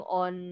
on